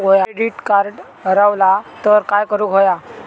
Credit card हरवला तर काय करुक होया?